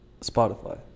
Spotify